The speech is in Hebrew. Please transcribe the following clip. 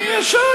אני אשאל.